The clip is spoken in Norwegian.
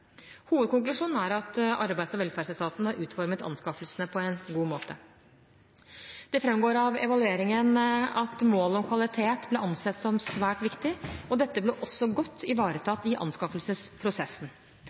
Hovedkonklusjonen er at Arbeids- og velferdsetaten har utformet anskaffelsene på en god måte. Det framgår av evalueringen at målet om kvalitet ble ansett som svært viktig, og dette ble også godt